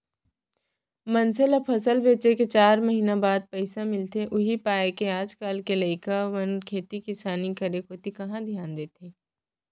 मनसे ल फसल बेचे के चार महिना बाद पइसा मिलथे उही पायके आज काल के लइका मन खेती किसानी करे कोती कहॉं धियान देथे